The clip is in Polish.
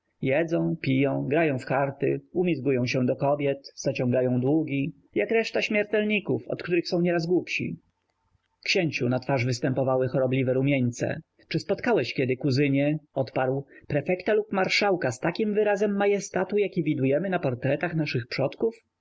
jedzą piją grają w karty umizgają się do kobiet zaciągają długi jak reszta śmiertelników od których są niekiedy głupsi księciu na twarz występowały chorobliwe rumieńce czy spotkałeś kiedy kuzynie odparł prefekta lub marszałka z takim wyrazem majestatu jaki widujemy na portretach naszych przodków